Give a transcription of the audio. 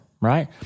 right